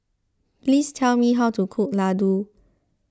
please tell me how to cook Ladoo